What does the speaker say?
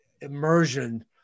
immersion